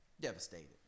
devastated